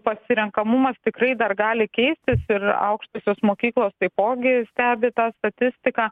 pasirenkamumas tikrai dar gali keistis ir aukštosios mokyklos taipogi stebi tą statistiką